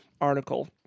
article